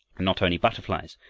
not only butterflies,